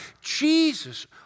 Jesus